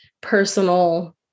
personal